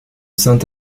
saint